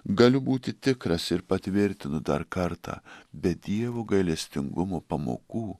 galiu būti tikras ir patvirtinu dar kartą be dievo gailestingumo pamokų